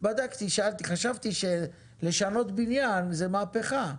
חשבתי שלשנות בניין זה מהפכה.